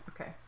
Okay